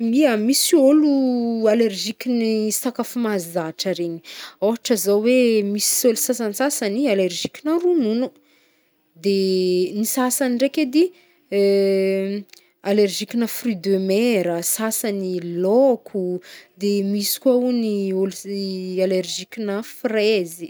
Ia, misy ôlo alerziky ny sakafo mahazatra regny, ôhatra zao hoe misy ôlo sasantsasany alerziki-na rognono. De ny sasany ndraiky edy alerziki-na fruit de mer, sasany laoko, de misy kôa o ony olo s- alerzikna frezy.